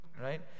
Right